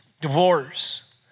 Divorce